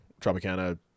Tropicana